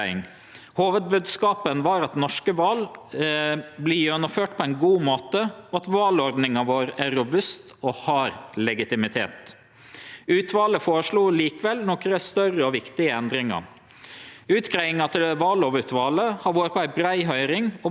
Utvalet føreslo likevel nokre større og viktige endringar. Utgreiinga til vallovutvalet har vore på ei brei høyring, og både utgreiinga og innspela frå høyringa har vore eit godt utgangspunkt når departementet har jobba fram eit heilskapleg forslag til ny vallov.